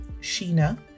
Sheena